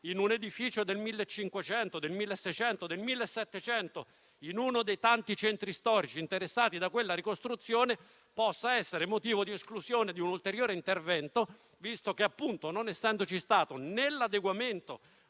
in un edificio del 1500, del 1600 o del 1700, in uno dei tanti centri storici interessati da quella ricostruzione, possa essere motivo di esclusione da un ulteriore intervento, visto che, non essendoci stati né l'adeguamento